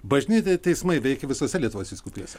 bažnytiniai teismai veikia visose lietuvos vyskupijose